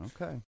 Okay